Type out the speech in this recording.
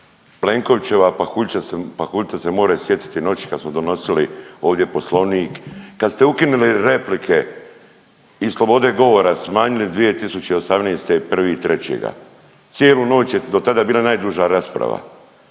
Plenkovićeva pahuljica se moraju sjetiti noći kad smo donosili ovdje Poslovnik kad ste ukinili replike i slobode govora, smanjili 2018. 1. 3. cijelu noć dotada bila najduža rasprava.